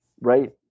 Right